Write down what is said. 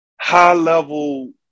high-level